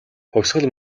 хувьсгал